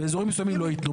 באזורים מסוימים לא ייתנו.